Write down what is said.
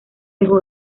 dejó